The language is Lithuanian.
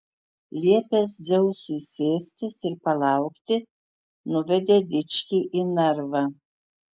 liepęs dzeusui sėstis ir palaukti nuvedė dičkį į narvą